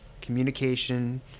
communication